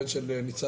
הבן של ניצב